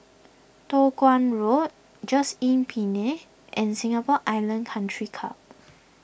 Toh Guan Road Just Inn Pine and Singapore Island Country Club